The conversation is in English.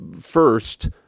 first